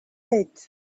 pet